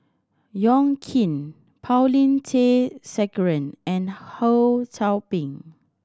Yong Keen Paulin Tay Straughan and Ho Sou Ping